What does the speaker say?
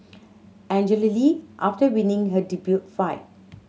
Angela Lee after winning her debut fight